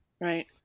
right